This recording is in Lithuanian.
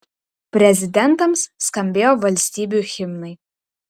prezidentams skambėjo valstybių himnai